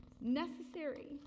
necessary